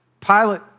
Pilate